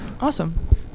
awesome